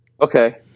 okay